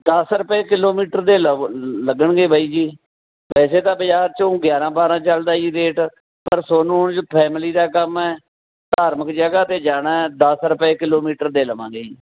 ਦਸ ਰੁਪਏ ਕਿਲੋਮੀਟਰ ਦੇ ਲੱ ਲੱਗਣਗੇ ਬਾਈ ਜੀ ਵੈਸੇ ਤਾਂ ਬਾਜ਼ਾਰ ਚੋਂ ਗਿਆਰਾਂ ਬਾਰਾਂ ਚੱਲਦਾ ਜੀ ਰੇਟ ਪਰ ਤੁਹਾਨੂੰ ਫੈਮਲੀ ਦਾ ਕੰਮ ਹੈ ਧਾਰਮਿਕ ਜਗ੍ਹਾ 'ਤੇ ਜਾਣਾ ਦਸ ਰੁਪਏ ਕਿਲੋਮੀਟਰ ਦੇ ਲਵਾਂਗੇ ਜੀ